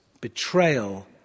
betrayal